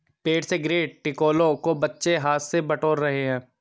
पेड़ से गिरे टिकोलों को बच्चे हाथ से बटोर रहे हैं